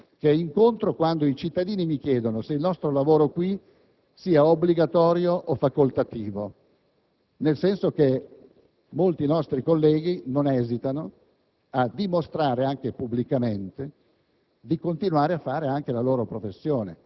aggiungere un momento d'imbarazzo che provo quando i cittadini mi chiedono se il nostro lavoro qui sia obbligatorio o facoltativo. Molti nostri colleghi, infatti, non esitano a dimostrare anche pubblicamente